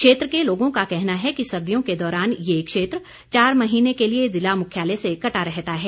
क्षेत्र के लोगों का कहना है कि सर्दियों के दौरान ये क्षेत्र चार महीने के लिए ज़िला मुख्यालय से कटा रहता है